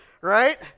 right